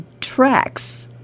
tracks